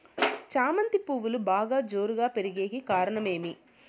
చామంతి పువ్వులు బాగా జోరుగా పెరిగేకి కారణం ఏమి?